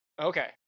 Okay